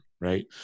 right